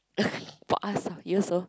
for us ah for you also